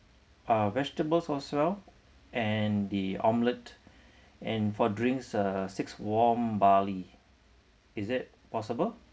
uh vegetables as well and the omelette and for drinks uh six warm barley is that possible